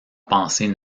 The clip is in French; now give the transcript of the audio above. pensée